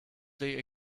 they